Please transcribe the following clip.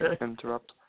interrupt